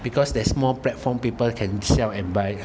because there's more platform people can sell and buy